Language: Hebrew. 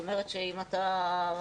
זה אומר שאם אתה מאפשר